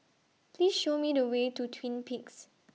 Please Show Me The Way to Twin Peaks